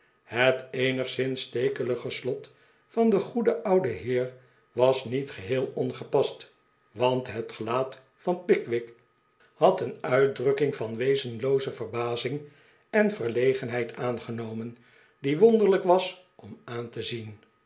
het eenigszins stekelige slot van den goeden ouden heer was niet geheel ongepast want het gelaat van pickwick had een uitdrukking van wezenlooze verbazing en verlegenheid aangenomen die wonderlijk was om aan te zien